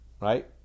Right